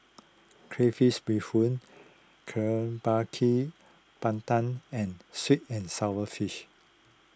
Crayfish BeeHoon Kuih Bar Kee Pandan and Sweet and Sour Fish